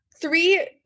three